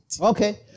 Okay